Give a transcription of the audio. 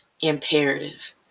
imperative